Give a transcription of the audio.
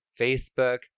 Facebook